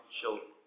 children